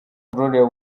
gloria